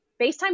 FaceTime